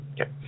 okay